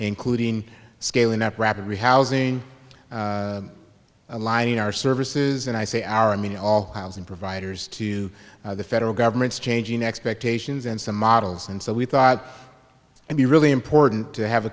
including scaling up rapidly housing aligning our services and i say our i mean all housing providers to the federal government's changing expectations and some models and so we thought would be really important to have a